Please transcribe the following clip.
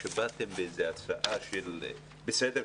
לא רק שבאתם באיזו הצעה בסדר,